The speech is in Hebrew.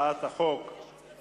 אנחנו עוברים להצעת חוק הודעה לעובד (תנאי עבודה)